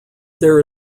there